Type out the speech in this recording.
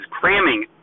cramming